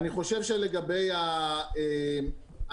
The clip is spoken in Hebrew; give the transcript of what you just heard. אני חושב שלגבי הסנקציה,